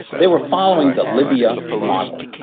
they were following the libya model.